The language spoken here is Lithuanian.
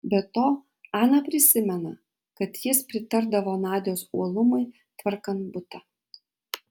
be to ana prisimena kad jis pritardavo nadios uolumui tvarkant butą